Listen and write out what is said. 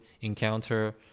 encounter